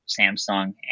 Samsung